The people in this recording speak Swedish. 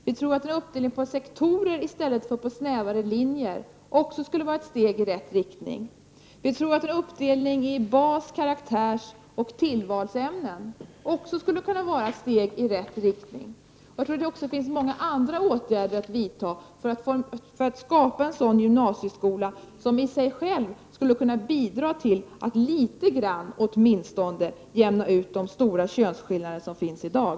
Vi tror också att en uppdelning på sektorer i stället för på snävare linjer skulle vara ett steg i rätt riktning. Vi tror även att en uppdelning i bas-, karaktärsoch tillvalsämnen skulle kunna vara ett steg i rätt riktning. Jag tror också att det finns många andra åtgärder att vidta för att skapa en sådan gymnasieskola som i sig själv skulle kunna bidra till att åtminstone litet grand jämna ut de stora könsskillnader som finns i dag,